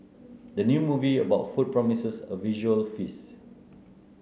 the new movie about food promises a visual feast